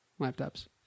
Laptops